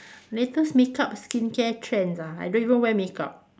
latest makeup skincare trends ah I don't even wear makeup